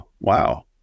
Wow